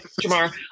Jamar